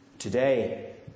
Today